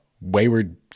Wayward